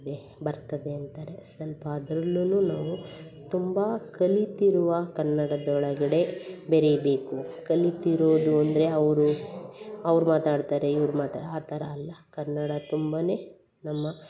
ಬರ್ತದೆ ಅಂತಾರೆ ಸ್ವಲ್ಪ ಅದ್ರಲ್ಲೂ ನಾವು ತುಂಬ ಕಲಿತಿರುವ ಕನ್ನಡದೊಳಗಡೆ ಬೆರಿಬೇಕು ಕಲಿತಿರುವುದು ಅಂದರೆ ಅವರು ಅವ್ರು ಮಾತಾಡ್ತಾರೆ ಇವ್ರು ಮಾತಾ ಆ ಥರ ಅಲ್ಲ ಕನ್ನಡ ತುಂಬನೇ ನಮ್ಮ